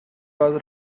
was